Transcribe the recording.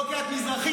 לא כי את מזרחית,